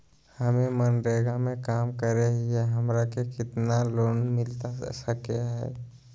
हमे मनरेगा में काम करे हियई, हमरा के कितना लोन मिलता सके हई?